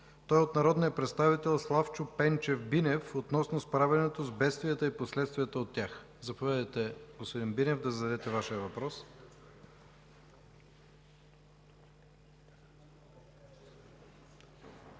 въпрос от народния представител Славчо Пенчев Бинев относно справянето с бедствията и последствията от тях. Заповядайте, господин Бинев, да зададете Вашия въпрос.